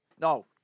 No